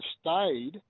stayed